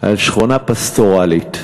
על שכונה פסטורלית,